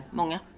många